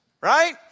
right